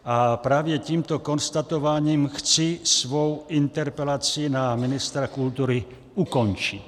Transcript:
A právě tímto konstatováním chci svou interpelaci i na ministra kultury ukončit.